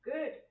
Good